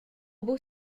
buca